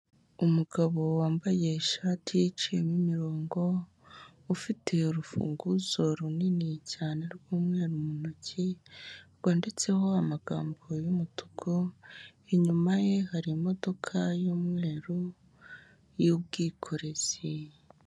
Umugabo wambaye ishati iciyemo imirongo ufite urufunguzo runini cyane rw'umweru mu ntoki rwanditseho amagambo y'umutuku, inyuma ye hari imodoka y'umweru y'ubwikorezi.